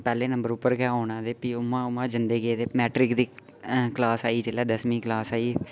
पैह्ले नम्बर उप्पर गै औना ते उ'आं उ'आं गै जंदे गे ते मैट्रिक दी क्लास आई जिसलै दसमीं क्लास फ्ही ओह्